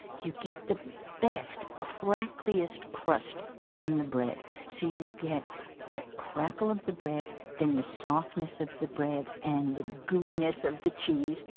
you get the best, crackliest crust on the bread. so you get that crackle of the bread, then the softness of the bread with and the gooiness of the cheese,